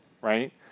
right